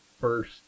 first